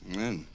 Amen